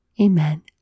Amen